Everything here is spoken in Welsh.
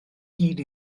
hyd